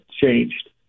changed